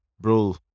bro